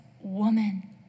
woman